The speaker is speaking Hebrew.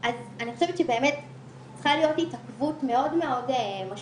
אז אני חושבת שצריכה להיות התעכבות מאוד מאוד משמעותית